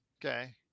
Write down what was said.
Okay